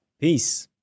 Peace